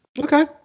Okay